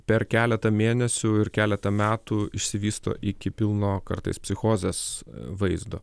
per keletą mėnesių ir keletą metų išsivysto iki pilno kartais psichozės vaizdo